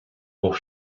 pour